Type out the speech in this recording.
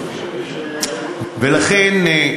ולכן,